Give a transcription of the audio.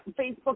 Facebook